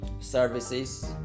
services